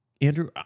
Andrew